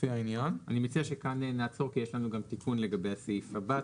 לפי העניין"." אני מציע שכאן נעצור כי יש לנו גם תיקון לגבי הסעיף הבא.